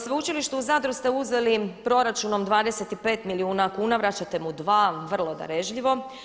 Sveučilište u Zadru ste uzeli proračunom 25 milijuna kuna, vraćate mu 2, vrlo darežljivo.